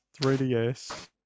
3DS